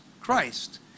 Christ